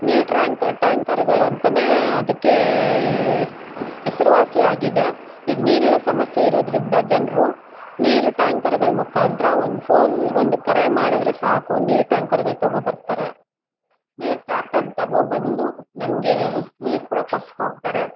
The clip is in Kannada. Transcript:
ನೀರು ಟ್ರ್ಯಾಂಕ್ ಟ್ಯಾಂಕರ್ಗಳಂತನೇ ಅದಕ್ಕೇ ಹೆಸರ್ವಾಸಿ ಆಗಿದೆ ಈಗ ನೀರಿನ ಸಮಸ್ಯೆ ಇರೋದರಿಂದ ಜನರು ನೀರು ಟ್ಯಾಂಕರ್ಗಳ ಮುಖಾಂತ್ರ ಒಂದು ಫೋನ್ ಒಂದು ಕರೆ ಮಾಡಿದ್ರೆ ಸಾಕು ನೀರು ಟ್ಯಾಂಕರ್ಗಳು ತಗೋಬರ್ತಾರೆ ನೀರು ಟ್ರ್ಯಾಕ್ಟರ್ ತಗೋಬಂದು ನಮಗೆ ನೀರು ಕೂಡ ಕೊಟ್ಟು ಹೋಗ್ತಾರೆ